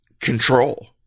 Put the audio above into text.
control